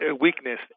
weakness